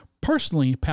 Personally